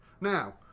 Now